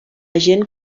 agent